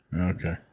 Okay